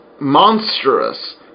monstrous